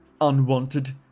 unwanted